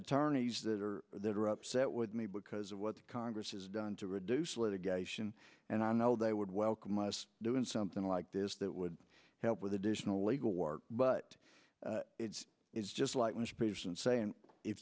attorneys that are that are upset with me because of what congress has done to reduce litigation and i know they would welcome us doing something like this that would help with additional legal work but it's it's just like my space and saying if